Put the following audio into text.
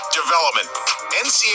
development